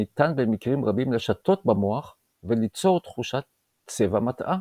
ניתן במקרים רבים לשטות במוח וליצור תחושת צבע מטעה.